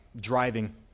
driving